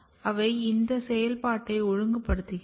அவை இந்த செயல்பாட்டை ஒழுங்குபடுத்துகிறது